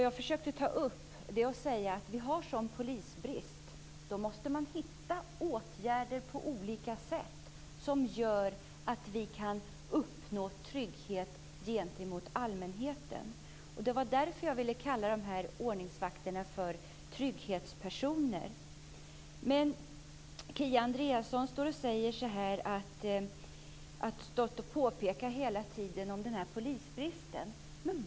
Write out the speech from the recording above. Jag försökte säga att vi, när det är en sådan polisbrist, måste hitta olika åtgärder som gör att vi kan uppnå trygghet för allmänheten. Därför ville jag kalla dessa ordningsvakter för trygghetspersoner. Kia Andersson talar hela tiden om polisbristen.